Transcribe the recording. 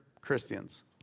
Christians